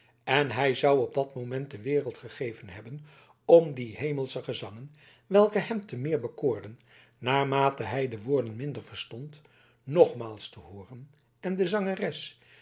en hij zou op dat oogenblik de wereld gegeven hebben om die hemelsche zangen welke hem te meer bekoorden naarmate hij de woorden minder verstond nogmaals te hooren en de zangeres